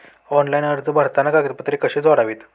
Online अर्ज भरताना कागदपत्रे कशी जोडावीत?